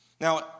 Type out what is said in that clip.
Now